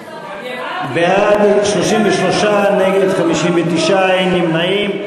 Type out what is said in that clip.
בעד, 33, נגד, 59, אין נמנעים.